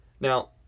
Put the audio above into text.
Now